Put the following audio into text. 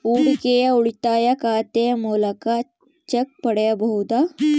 ಹೂಡಿಕೆಯ ಉಳಿತಾಯ ಖಾತೆಯ ಮೂಲಕ ಚೆಕ್ ಪಡೆಯಬಹುದಾ?